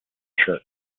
shirt